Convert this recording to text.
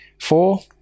Four